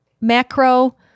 macro